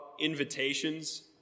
invitations